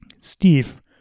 Steve